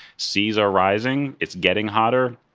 seas are rising. it's getting hotter.